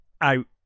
out